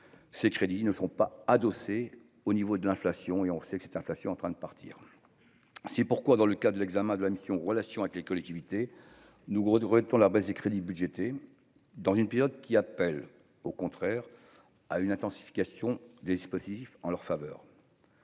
ces crédits ne font pas adossé au niveau de l'inflation et on sait que cette inflation en train de partir, c'est pourquoi, dans le cas de l'examen de la mission Relations avec les collectivités nous gros de retour, la baisse des crédits budgétés dans une période qui appelle au contraire à une intensification des dispositifs en leur faveur.